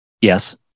yes